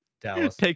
Dallas